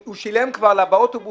הוא שילם כבר באוטובוס,